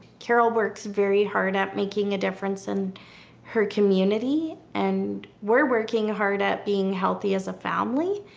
carol works very hard at making a difference in her community and we're working hard at being healthy as a family.